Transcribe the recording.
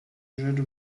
rzecz